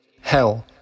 hell